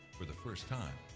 for the first time,